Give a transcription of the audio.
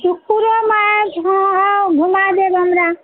सुखुपरोमे आयब घुमा देब हमरा